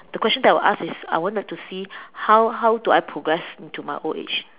the question that I will ask is I I want them to see how how would I progress into my old age